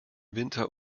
winter